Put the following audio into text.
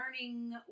learning